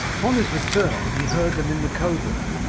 upon his return he heard them in the covert,